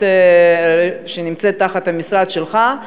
שנמצאת תחת המשרד שלך,